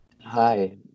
hi